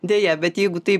deja bet jeigu taip